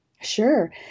Sure